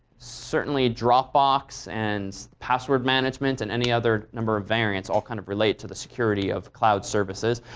certainly dropbox and password management and any other number of variants all kind of relate to the security of cloud services.